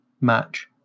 match